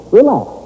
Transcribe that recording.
relax